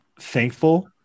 thankful